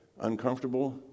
uncomfortable